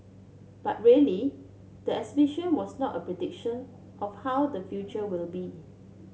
but really the exhibition was not a prediction of how the future will be